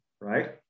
right